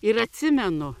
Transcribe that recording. ir atsimenu